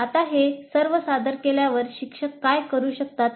आता हे सर्व सादर केल्यावर शिक्षक काय करू शकतात